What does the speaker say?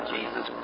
Jesus